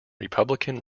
republican